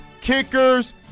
Kickers